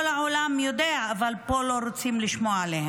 העולם יודע אבל פה לא רוצים לשמוע עליהם,